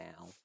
now